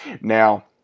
Now